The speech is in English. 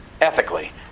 ethically